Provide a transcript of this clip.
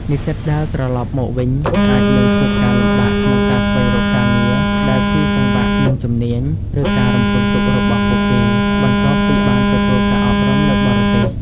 និស្សិតដែលត្រឡប់មកវិញ អាចនឹងជួបការលំបាកក្នុងការស្វែងរកការងារដែលស៊ីសង្វាក់នឹងជំនាញ ឬការរំពឹងទុករបស់ពួកគេ បន្ទាប់ពីបានទទួលការអប់រំនៅបរទេស។